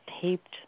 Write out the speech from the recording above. taped